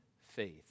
faith